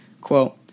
Quote